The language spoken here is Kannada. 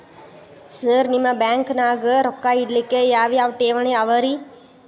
ಸರ್ ನಿಮ್ಮ ಬ್ಯಾಂಕನಾಗ ರೊಕ್ಕ ಇಡಲಿಕ್ಕೆ ಯಾವ್ ಯಾವ್ ಠೇವಣಿ ಅವ ರಿ?